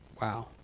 Wow